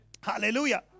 Hallelujah